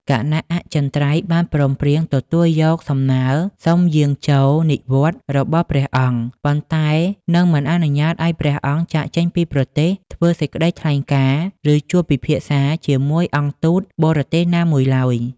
គណៈអចិន្ត្រៃយ៍បានព្រមព្រៀងទទួលយកសំណើសុំយាងចូលនិវត្តន៍របស់ព្រះអង្គ ប៉ុន្តែនឹងមិនអនុញ្ញាតឱ្យព្រះអង្គចាកចេញពីប្រទេស ធ្វើសេចក្តីថ្លែងការណ៍ ឬជួបពិភាក្សាជាមួយអង្គទូតបរទេសណាមួយឡើយ ។